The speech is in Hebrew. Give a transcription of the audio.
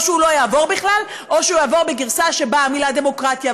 או שהוא לא יעבור בכלל או שהוא יעבור בגרסה שבה המילים "דמוקרטיה",